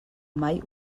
mai